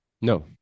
No